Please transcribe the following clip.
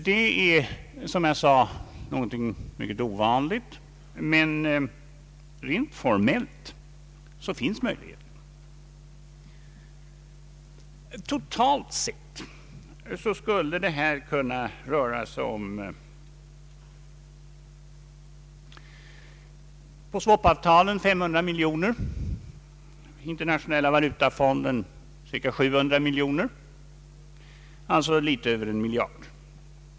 Det är som jag sade någonting mycket ovanligt, men rent formellt finns möjligheten. Totalt sett skulle det kunna röra sig om för swap-avtalen 500 miljoner kronor, för internationella valutafonden cirka 700 miljoner kronor, alltså litet över en miljard.